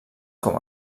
com